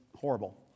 horrible